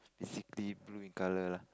definitely blue in color lah